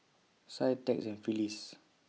Sie Tex and Phyliss